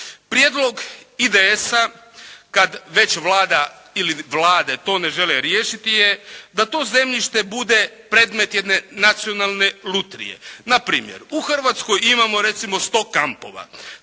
Prijedlog IDS-a kad već Vlada ili Vlade to ne žele riješiti je da to zemljište bude predmet jedne nacionalne lutrije. Npr. u Hrvatskoj imamo recimo 100 kampova.